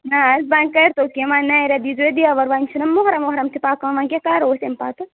نہ حظ وۄنۍ کٔرتو کینٛہہ وۄنۍ نَوِ رٮ۪تہٕ دِیٖزیو دیوار وۄنۍ چھُنہ مُحرَم وُحرَم تہِ پَکان وۄنۍ کیاہ کَرو أسۍ امہِ پَتہٕ